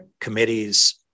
committees